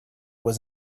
was